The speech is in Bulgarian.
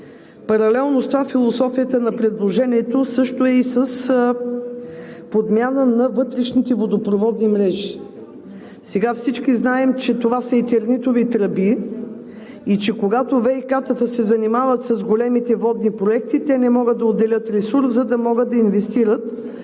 Паралелно с това философията на предложението ни е за подмяна на вътрешните водопроводни мрежи. Всички знаем, че това са етернитови тръби, а когато ВиК-та се занимават с големи водни проекти, те не могат да отделят ресурс, за да могат да го инвестират.